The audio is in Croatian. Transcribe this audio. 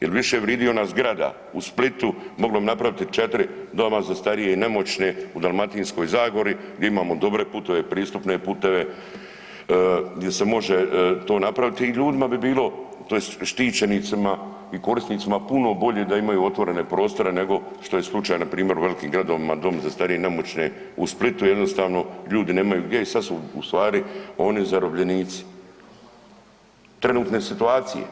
jer više vridi ona zgrada u Splitu moglo bi napraviti četiri doma za starije i nemoćne u Dalmatinskoj zagori gdje imamo dobre puteve, pristupne puteve gdje se može to napraviti i ljudima bi bilo tj. štićenicima i korisnicima puno bolje da imaju otvorene prostore nego što je slučaj npr. u velikim gradovima dom za starije i nemoćne u Splitu, jednostavno ljudi nemaju gdje i sad su ustvari oni zarobljenici trenutne situacije.